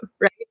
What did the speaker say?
right